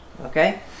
Okay